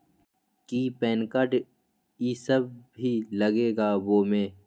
कि PAN card इ सब भी लगेगा वो में?